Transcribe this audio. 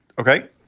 Okay